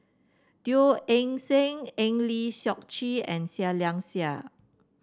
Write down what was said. Teo Eng Seng Eng Lee Seok Chee and Seah Liang Seah